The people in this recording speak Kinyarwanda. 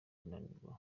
kunanirwa